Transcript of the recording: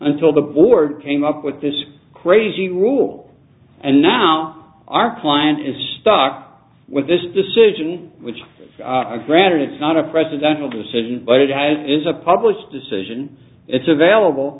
until the board came up with this crazy rule and now our client is stuck with this decision which granted it's not a presidential decision but it has is a published decision it's available